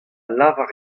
lavar